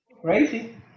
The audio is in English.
crazy